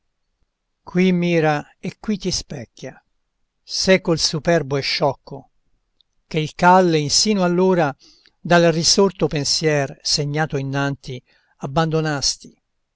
qui mira e qui ti specchia secol superbo e sciocco che il calle insino allora dal risorto pensier segnato innanti abbandonasti